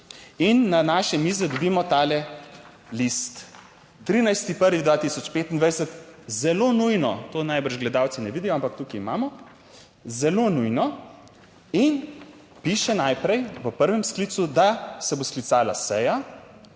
In na naše mize dobimo tale list, 13. 1. 2025, zelo nujno, to najbrž gledalci ne vidijo, ampak tukaj imamo zelo nujno in piše najprej v prvem sklicu, da se bo sklicala seja,